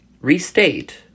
restate